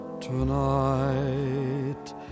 tonight